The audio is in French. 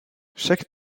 chaque